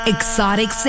Exotic